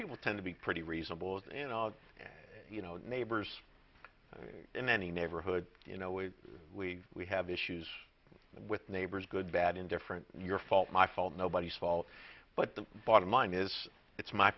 people tend to be pretty reasonable and you know neighbors in any neighborhood you know we we we have issues with neighbors good bad indifferent your fault my fault nobody's fault but the bottom line is it's my